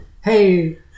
Hey